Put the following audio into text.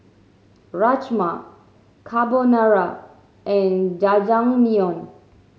Rajma Carbonara and Jajangmyeon